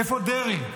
איפה דרעי?